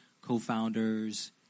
co-founders